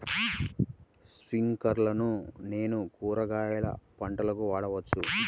స్ప్రింక్లర్లను నేను కూరగాయల పంటలకు వాడవచ్చా?